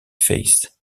faces